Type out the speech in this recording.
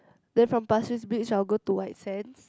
then from Pasir Ris Beach I'll go to White Sands